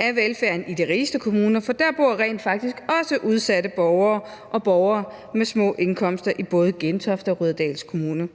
af velfærden i de rigeste kommuner, for der bor rent faktisk også udsatte borgere og borgere med små indkomster i både Gentofte og Rudersdal Kommuner.